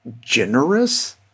generous